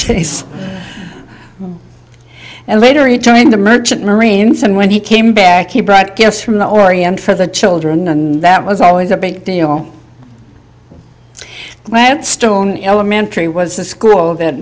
d and later he joined the merchant marine some when he came back he brought gifts from the orient for the children and that was always a big deal well stone elementary was the school that